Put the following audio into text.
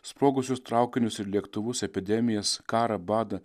sprogusius traukinius ir lėktuvus epidemijas karą badą